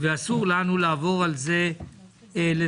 ואסור לנו לעבור על זה לסדר-היום.